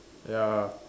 ya